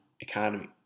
economy